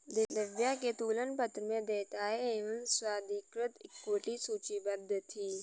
दिव्या के तुलन पत्र में देयताएं एवं स्वाधिकृत इक्विटी सूचीबद्ध थी